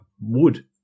wood